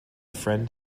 friend